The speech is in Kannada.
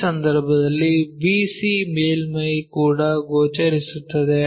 ಈ ಸಂದರ್ಭದಲ್ಲಿ bc ಮೇಲ್ಮೈ ಕೂಡ ಗೋಚರಿಸುತ್ತದೆ